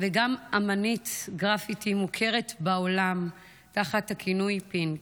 וגם אומנית גרפיטי מוכרת בעולם תחת הכינוי "פינק".